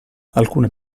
alcune